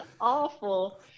awful